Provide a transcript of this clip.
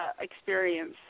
experience